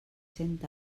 cent